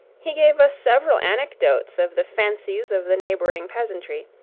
he gave us several anecdotes of the fancies of the neighbouring peasantry,